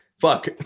fuck